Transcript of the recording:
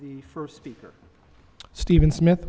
the first speaker steven smith